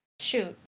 shoot